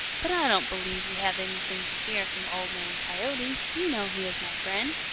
but i don't believe we have anything to fear from old man coyote. you know he is my friend.